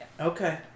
Okay